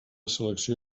selecció